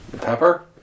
Pepper